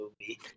movie